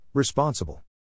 Responsible